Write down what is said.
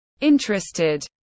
Interested